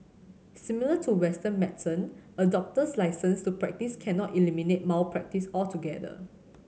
similar to Western medicine a doctor's licence to practise cannot eliminate malpractice altogether